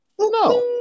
No